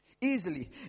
Easily